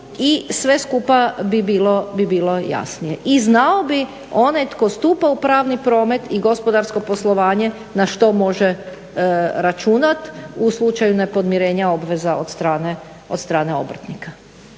I sve skupa bi bilo jasnije. I znao bi onaj tko stupa u pravni promet i gospodarsko poslovanje na što može računat u slučaju nepodmirenja obveza od strane obrtnika.